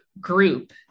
group